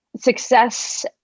Success